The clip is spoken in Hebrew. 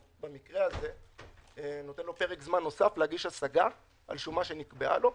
במקרה הזה זה נותן לנישום פרק זמן נוסף להגיש השגה על שומה שנקבעה לו,